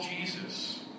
Jesus